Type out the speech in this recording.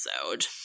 episode